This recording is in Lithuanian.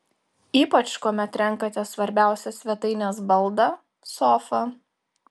ypač kuomet renkatės svarbiausią svetainės baldą sofą